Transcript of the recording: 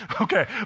Okay